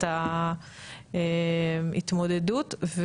את ההתמודדות.